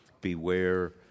beware